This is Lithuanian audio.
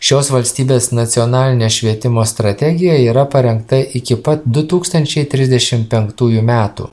šios valstybės nacionalinė švietimo strategija yra parengta iki pat du tūkstančiai trisdešim penktųjų metų